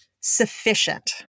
sufficient